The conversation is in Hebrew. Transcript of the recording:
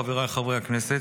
חבריי חברי הכנסת,